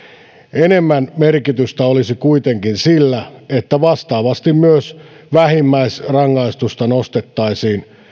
enemmän merkitystä olisi kuitenkin sillä että vastaavasti myös vähimmäisrangaistusta nostettaisiin